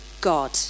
God